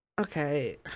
Okay